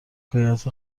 حکایت